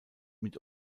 mit